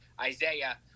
Isaiah